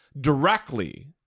directly